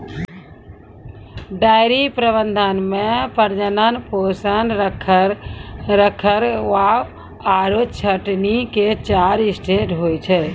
dairy प्रबंधन मॅ प्रजनन, पोषण, रखरखाव आरो छंटनी के चार स्टेज होय छै